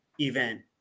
event